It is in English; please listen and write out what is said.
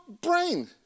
brain